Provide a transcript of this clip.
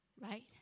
right